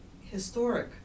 historic